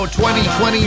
2020